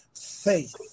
faith